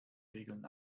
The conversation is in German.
regeln